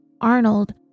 Arnold